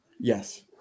Yes